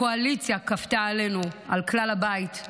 הקואליציה כפתה על כלל הבית.